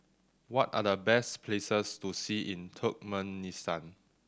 what are the best places to see in Turkmenistan